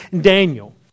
Daniel